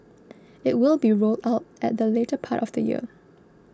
it will be rolled out at the later part of the year